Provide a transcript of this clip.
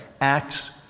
acts